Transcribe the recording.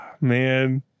man